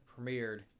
premiered